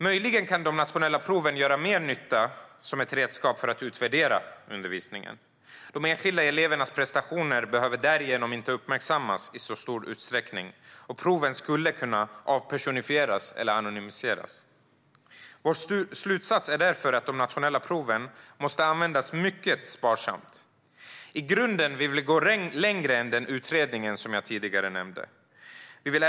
Möjligen kan de nationella proven göra mer nytta som ett redskap för att utvärdera undervisningen. De enskilda elevernas prestationer behöver därigenom inte uppmärksammas i så stor utsträckning, och proven skulle kunna avpersonifieras eller anonymiseras. Vår slutsats är därför att de nationella proven måste användas mycket sparsamt. I grunden vill vi gå längre än den utredning som jag tidigare nämnde.